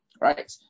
Right